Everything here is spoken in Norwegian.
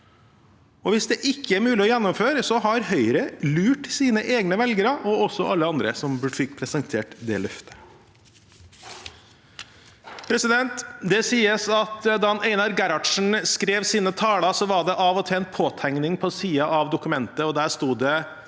Hvis det ikke er mulig å gjennomføre, har Høyre lurt sine egne velgere og også alle andre som fikk presentert det løftet. Det sies at da Einar Gerhardsen skrev sine taler, var det av og til en påtegning på siden av dokumentet, og der sto det: